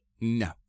No